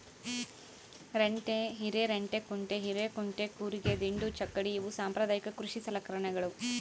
ರಂಟೆ ಹಿರೆರಂಟೆಕುಂಟೆ ಹಿರೇಕುಂಟೆ ಕೂರಿಗೆ ದಿಂಡು ಚಕ್ಕಡಿ ಇವು ಸಾಂಪ್ರದಾಯಿಕ ಕೃಷಿ ಸಲಕರಣೆಗಳು